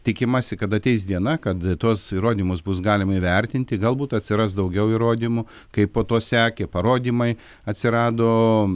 tikimasi kad ateis diena kad tuos įrodymus bus galima įvertinti galbūt atsiras daugiau įrodymų kai po to sekė parodymai atsirado